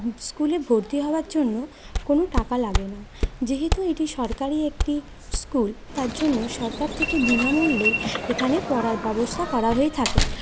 স্কুলে ভর্তি হওয়ার জন্য কোনও টাকা লাগে না যেহেতু এটি সরকারি একটি স্কুল তার জন্য সরকার থেকে বিনামূল্যেই এখানে পড়ার ব্যবস্থা করা হয়ে থাকে